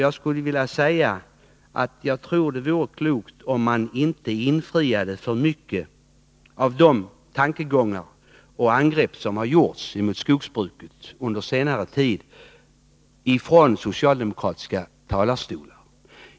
Jag skulle vilja säga att jag tror det vore klokt om man inte fullföljde alltför mycket av de tankegångar som kommit till uttryck och de angrepp som gjorts mot skogsbruket under senare tid av socialdemokratiska talare.